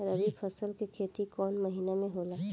रवि फसल के खेती कवना महीना में होला?